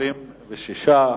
26,